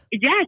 Yes